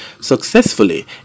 successfully